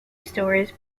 stores